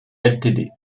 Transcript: ltd